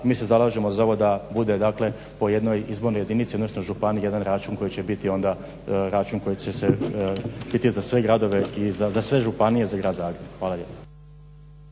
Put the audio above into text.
Mi se zalažemo za ovo da bude po jednoj izbornoj jedinici odnosno županiji jedan račun koji će biti račun koji će se biti za sve gradove i za sve županije i za grad Zagreb. Hvala lijepa.